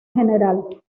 general